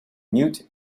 mute